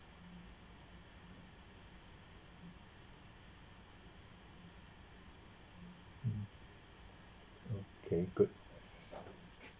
mmhmm okay good